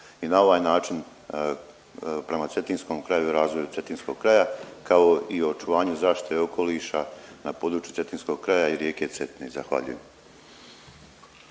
i na ovaj način prema cetinskom kraju i razvoju cetinskog kraja, kao i očuvanju zaštite okoliša na području cetinskog kraja i rijeke Cetine. Zahvaljujem.